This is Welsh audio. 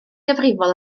gyfrifol